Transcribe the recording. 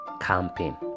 camping